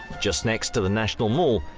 just next to the national mall,